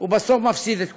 ובסוף מפסיד את כולם.